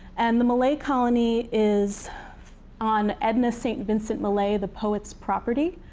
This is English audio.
and the millay colony is on edna st. vincent millay, the poet's property.